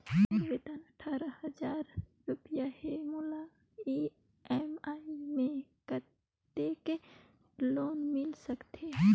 मोर वेतन अट्ठारह हजार रुपिया हे मोला ई.एम.आई मे कतेक लोन मिल सकथे?